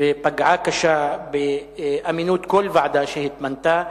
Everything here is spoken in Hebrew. ופגעה קשה באמינות כל ועדה שהתמנתה,